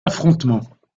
affrontements